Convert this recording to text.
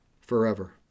forever